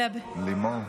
לימור,